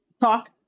talk